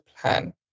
plan